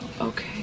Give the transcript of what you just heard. Okay